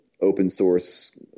open-source